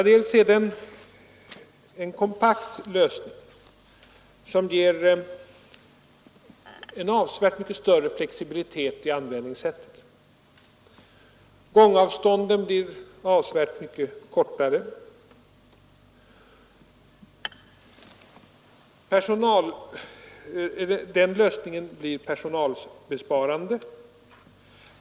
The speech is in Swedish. Det är en kompakt lösning, som ger avsevärt större flexibilitet i användningssättet. Gångavstånden blir avsevärt kortare. Den lösningen blir personalbesparande.